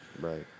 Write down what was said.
Right